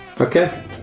Okay